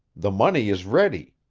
the money is ready.